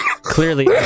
clearly